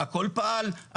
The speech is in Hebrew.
הכול פעל,